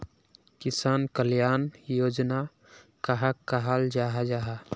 किसान कल्याण योजना कहाक कहाल जाहा जाहा?